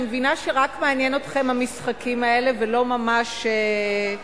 אני מבינה שרק מעניינים אתכם המשחקים האלה ולא ממש העתיד,